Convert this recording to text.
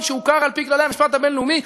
שהוכר על-פי כללי המשפט הבין-לאומי,